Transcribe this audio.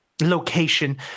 location